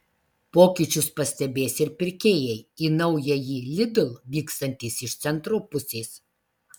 pokyčius pastebės ir pirkėjai į naująjį lidl vykstantys iš centro pusės